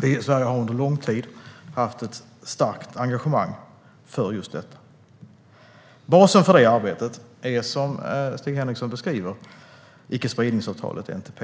Vi i Sverige har under lång tid haft ett starkt engagemang i detta. Basen för arbetet är som Stig Henriksson beskriver icke-spridningsavtalet NPT,